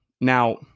Now